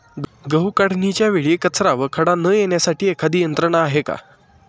गहू काढणीच्या वेळी कचरा व खडा न येण्यासाठी एखादी यंत्रणा आहे का?